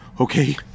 okay